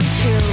true